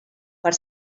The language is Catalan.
per